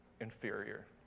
inferior